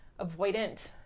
avoidant